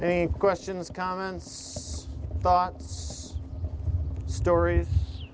any questions comments thoughts stories